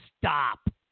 stop